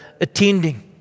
attending